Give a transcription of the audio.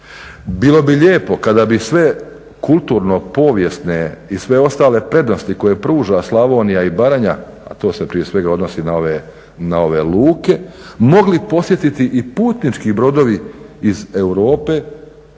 Bilo bi lijepo kada bi sve kulturno-povijesne i sve ostale prednosti koje pruža Slavonija i Baranja, a to se prije svega odnosi na ove luke, mogli posjetiti i putnički brodovi iz Europe